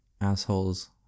assholes